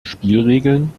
spielregeln